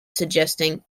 suggesting